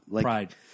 Pride